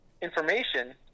information